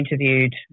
interviewed